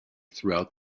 throughout